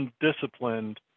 undisciplined